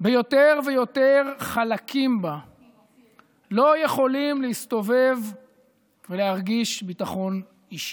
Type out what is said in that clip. ויותר ויותר חלקים בה לא יכולים להסתובב ולהרגיש ביטחון אישי.